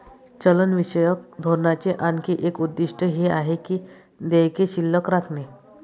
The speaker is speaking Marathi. चलनविषयक धोरणाचे आणखी एक उद्दिष्ट हे आहे की देयके शिल्लक राखणे